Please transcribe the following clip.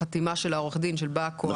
החתימה של עורך הדין, של בא הכוח.